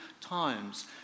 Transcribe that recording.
times